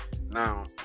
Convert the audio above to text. Now